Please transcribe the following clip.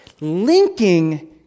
linking